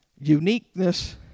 uniqueness